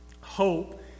Hope